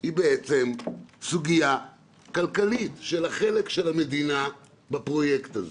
כי היא בעצם סוגיה כלכלית של החלק של המדינה בפרויקט הזה,